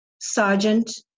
Sergeant